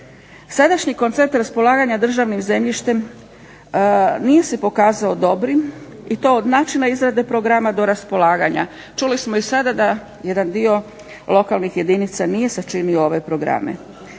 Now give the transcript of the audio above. Sadašnji koncept raspolaganja državnim zemljištem nije se pokazao dobrim i to od načina izrade programa do raspolaganja. Čuli smo i sada da jedan dio lokalnih jedinica nije sačinio ove programe.